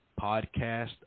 podcast